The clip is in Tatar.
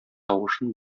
тавышын